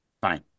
Fine